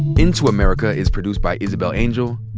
into america is produced by isabel angel,